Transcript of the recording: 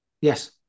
yes